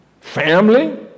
Family